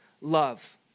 love